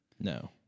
No